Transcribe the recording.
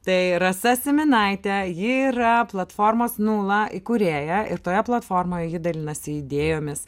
tai rasa syminaitė ji yra platformos nula įkūrėja ir toje platformoj ji dalinasi idėjomis